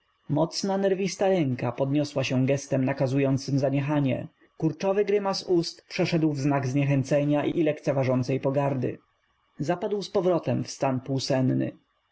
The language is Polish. ocna nerw ista ręka podniosła się gestem nakazu jącym zaniechanie kurczow y grym as u st przeszedł w znak zniechęcenia i lekceważącej pogardy z apadł z pow rotem w stan pół senny